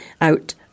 out